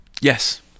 Yes